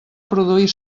produir